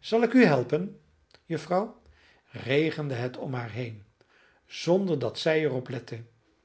zal ik u helpen juffrouw regende het om haar heen zonder dat zij er